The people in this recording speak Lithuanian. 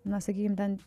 na sakykim ten